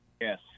Yes